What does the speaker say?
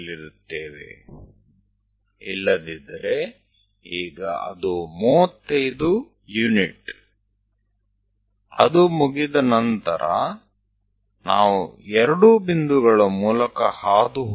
એકવાર તે થઈ જાય છે પછી આપણે એક વર્તુળ બનાવીશું કે જે આ બંને બિંદુઓમાંથી પસાર થાય